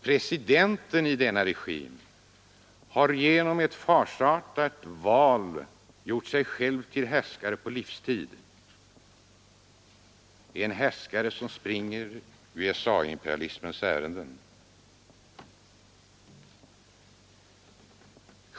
Presidenten i denna regim har genom farsartat val gjort sig själv till härskare på livstid — en härskare som springer USA-imperialismens ärenden.